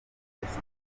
imodoka